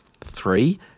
Three